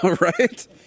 right